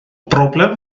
broblem